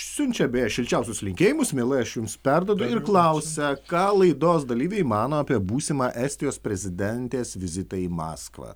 siunčia beje šilčiausius linkėjimus mielai aš jums perduodu ir klausia ką laidos dalyviai mano apie būsimą estijos prezidentės vizitą į maskvą